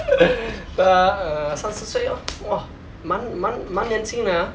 她呃三十岁咯哇蛮蛮蛮年轻的 ah